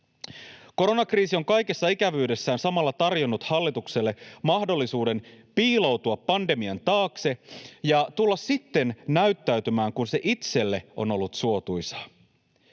Koronakriisi on kaikessa ikävyydessään samalla tarjonnut hallitukselle mahdollisuuden piiloutua pandemian taakse ja tulla sitten näyttäytymään, kun se itselle on ollut suotuisaa.